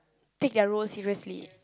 take their roles seriously